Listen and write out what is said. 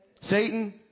satan